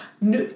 No